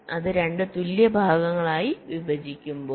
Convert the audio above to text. അത് 2 തുല്യ ഭാഗങ്ങളായി വിഭജിക്കുമ്പോൾ